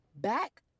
back